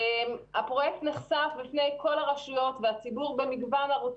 הפרויקט נחשף בפני כל הרשויות והציבור במגוון ערוצים.